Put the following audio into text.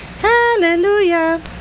Hallelujah